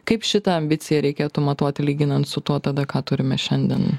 kaip šitą ambiciją reikėtų matuoti lyginant su tuo tada ką turime šiandien